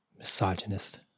Misogynist